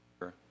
Sure